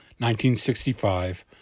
1965